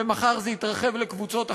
ומחר זה יתרחב לקבוצות אחרות.